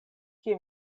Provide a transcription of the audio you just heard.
kie